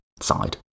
side